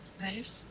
Nice